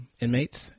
inmates